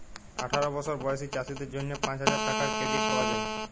আঠার বসর বয়েসী চাষীদের জ্যনহে পাঁচ হাজার টাকার কেরডিট পাউয়া যায়